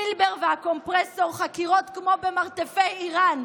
פילבר והקומפרסור, חקירות כמו במרתפי איראן?